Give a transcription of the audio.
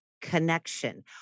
connection